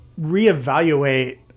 reevaluate